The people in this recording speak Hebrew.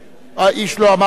איש לא אמר לא,